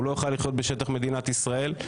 הוא לא יוכל לחיות בשטח מדינת ישראל.